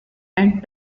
and